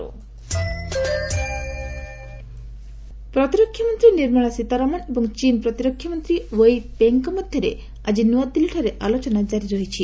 India China ପ୍ରତିରକ୍ଷା ମନ୍ତ୍ରୀ ନିର୍ମଳା ସୀତାରମଣ ଏବଂ ଚୀନ୍ ପ୍ରତିରକ୍ଷାମନ୍ତ୍ରୀ ୱେଇ ଫେଙ୍ଘଙ୍କ ମଧ୍ୟରେ ଆକ୍ରି ନୂଆଦିଲ୍ଲୀଠାରେ ଆଲୋଚନା ଜାରୀ ରହିଛି